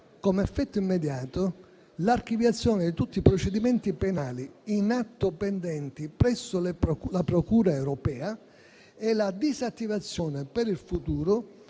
come effetto immediato, l'archiviazione di tutti i procedimenti penali in atto pendenti presso la procura europea e la disattivazione per il futuro